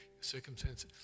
circumstances